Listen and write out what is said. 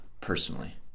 personally